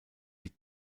die